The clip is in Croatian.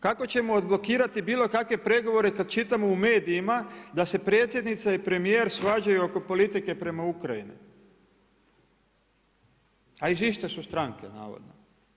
Kako ćemo odblokirati bilo kakve pregovore kad čitamo u medijima da se predsjednica i premjer svađaju oko politike prema Ukrajini, a iz iste su stranke navodno.